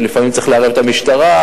ולפעמים צריך לערב את המשטרה,